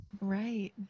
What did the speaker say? right